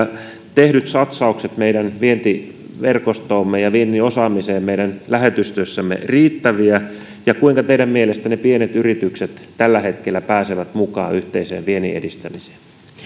tehdyt satsaukset meidän vientiverkostoomme ja vientimme osaamiseen meidän lähetystöissämme riittäviä ja kuinka teidän mielestänne pienet yritykset tällä hetkellä pääsevät mukaan yhteiseen viennin edistämiseen